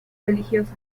religiosa